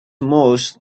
most